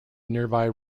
nearby